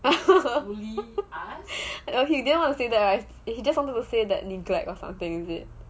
he didn't want to say that right he just want to say that neglect or something is it